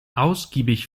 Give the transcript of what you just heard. ausgiebig